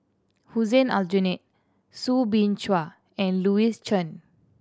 Hussein Aljunied Soo Bin Chua and Louis Chen